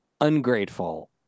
ungrateful